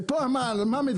ופה על מה מדברים?